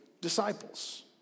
disciples